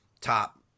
top